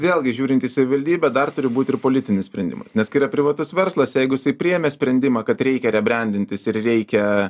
vėlgi žiūrint į savivaldybę dar turi būt ir politinis sprendimas nes kai yra privatus verslas jeigu jisai priėmė sprendimą kad reikia rebriandintis ir reikia